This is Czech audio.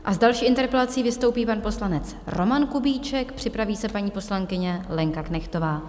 S další interpelací vystoupí pan poslanec Roman Kubíček, připraví se paní poslankyně Lenka Knechtová.